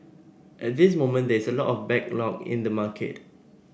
at this moment there is a lot of backlog in the market